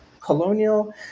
colonial